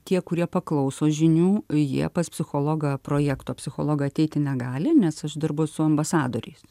tie kurie paklauso žinių jie pas psichologą projekto psichologą ateiti negali nes aš dirbu su ambasadoriais